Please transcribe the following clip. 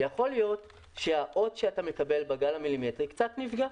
יכול להיות שהאות שאתה מקבל בגל המילימטרי קצת נפגע,